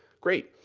great.